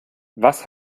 was